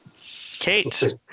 Kate